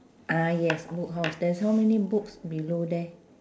ah yes book house there's how many books below there